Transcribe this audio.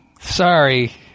Sorry